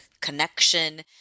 connection